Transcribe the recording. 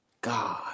god